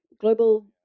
global